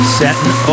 setting